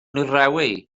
rhewi